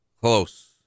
Close